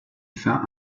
fin